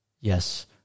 yes